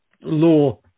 Law